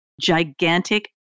gigantic